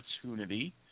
opportunity